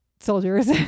soldiers